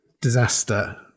disaster